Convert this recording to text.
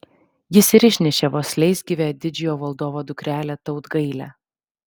jis ir išnešė vos leisgyvę didžiojo valdovo dukrelę tautgailę